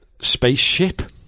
spaceship